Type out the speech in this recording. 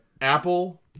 Apple